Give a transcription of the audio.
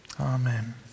Amen